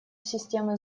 системы